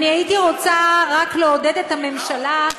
והייתי רוצה רק לעודד את הממשלה.